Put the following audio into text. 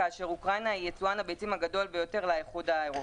כאשר אוקראינה היא יצואן הביצים הגדול ביותר לאיחוד האירופי.